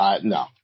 no